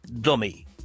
dummy